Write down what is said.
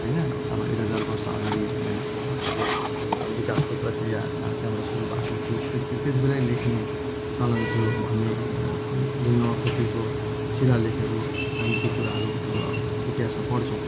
होइन अब एक हजार वर्ष अगाडि नेपाली भाषाको विकासको प्रक्रिया त्यहाँबाट सुरु भएको थियो त त्यति बेलै लेख्ने चलन थियो भन्ने ढुङ्गामा खोपिएको शिलालेखहरू हामी त्यो कुराहरू अब इतिहासमा पढ्छौँ